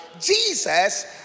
Jesus